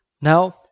Now